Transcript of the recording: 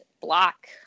block